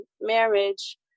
marriage